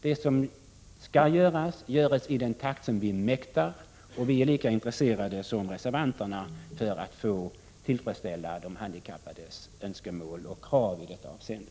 Det som skall göras kommer att göras i den takt som man mäktar, och vi är i utskottsmajoriteten lika intresserade som reservanterna av att tillfredsställa de handikappades önskemål och krav i detta avseende.